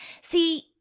see